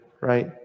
right